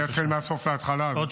אני אתחיל מהסוף להתחלה, זה בסדר?